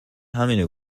همینو